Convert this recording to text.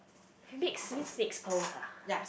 can mix mix six pearls ah